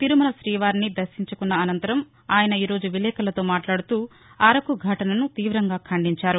తిరుమల శ్రీవారిని దర్శించుకున్న అనంతరం ఆయన విలేకరులతో మాట్లాడుతూ అరకు ఘటనను తీవంగా ఖండించారు